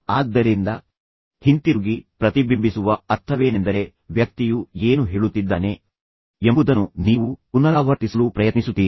ಆದ್ದರಿಂದ ಹಿಂತಿರುಗಿ ಪ್ರತಿಬಿಂಬಿಸುವ ಅರ್ಥವೇನೆಂದರೆ ವ್ಯಕ್ತಿಯು ಏನು ಹೇಳುತ್ತಿದ್ದಾನೆ ಎಂಬುದನ್ನು ನೀವು ಪುನರಾವರ್ತಿಸಲು ಪ್ರಯತ್ನಿಸುತ್ತೀರಿ